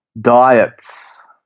diets